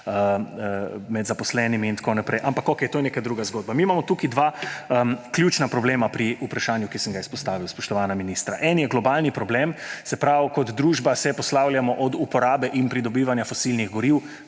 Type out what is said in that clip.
med zaposlenimi in tako naprej. Ampak okej, to je neka druga zgodba. Mi imamo tukaj dva ključna problema pri vprašanju, ki sem ga izpostavil, spoštovana ministra. Eden je globalni problem, kot družba se poslavljamo od uporabe in pridobivanja fosilnih goriv,